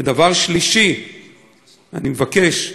ודבר שלישי שאני מבקש,